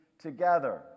together